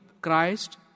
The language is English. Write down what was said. Christ